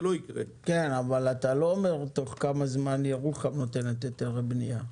אתה לא אומר בתוך כמה זמן ירוחם נותנת היתר בנייה.